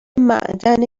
معدن